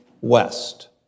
west